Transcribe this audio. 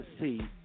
see